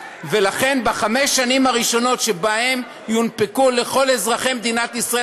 בחמש השנים הראשונות שבהן תונפק לכל אזרחי מדינת ישראל